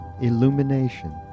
illumination